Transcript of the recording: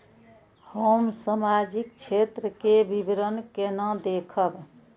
हम सामाजिक क्षेत्र के विवरण केना देखब?